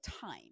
time